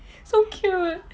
so cute